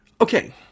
Okay